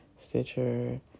Stitcher